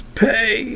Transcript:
pay